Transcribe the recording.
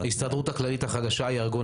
ההסתדרות הכללית החדשה היא הארגון